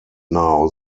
now